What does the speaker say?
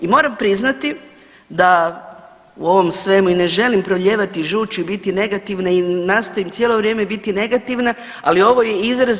I moram priznati da u ovom svemu i ne želim proljevati žuć i biti negativna i nastojim cijelo vrijeme biti negativna, ali ovo je izraz.